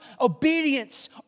obedience